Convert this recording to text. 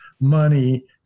money